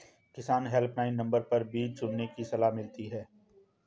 किसान helpline number पर बीज चुनने की सलाह मिलती है